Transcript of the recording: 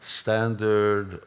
standard